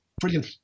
Brilliant